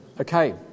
Okay